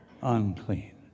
unclean